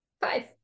five